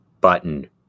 button